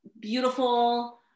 beautiful